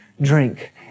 drink